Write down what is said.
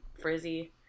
frizzy